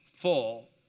full